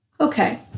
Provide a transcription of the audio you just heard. Okay